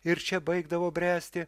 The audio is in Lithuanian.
ir čia baigdavo bręsti